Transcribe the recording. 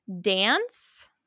Dance